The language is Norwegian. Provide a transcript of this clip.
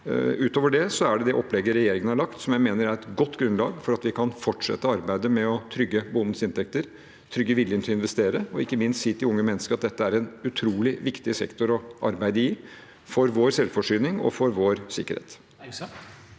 Utover det mener jeg det opplegget regjeringen har lagt fram, er et godt grunnlag for at vi kan fortsette arbeidet med å trygge bondens inntekter, trygge viljen til å investere og ikke minst si til unge mennesker at dette er en utrolig viktig sektor å arbeide i – for vår selvforsyning og vår sikkerhet.